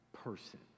person